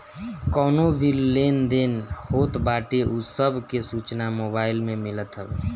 कवनो भी लेन देन होत बाटे उ सब के सूचना मोबाईल में मिलत हवे